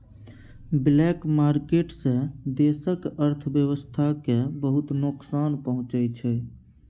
black market सँ देशक अर्थव्यवस्था केँ बहुत नोकसान पहुँचै छै